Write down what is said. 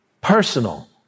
Personal